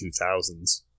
2000s